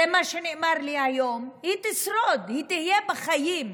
זה מה שנאמר לי היום, היא תשרוד, היא תהיה בחיים,